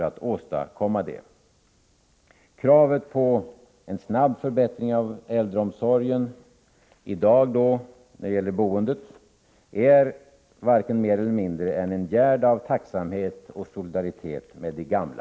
Att tillgodose kravet på en snabb förbättring av äldreomsorgen — det gäller i dag boendet — är varken mer eller mindre än en gärd av tacksamhet mot och solidaritet med de gamla.